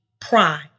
pride